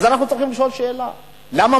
אז אנחנו צריכים לשאול שאלה: למה